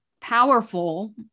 powerful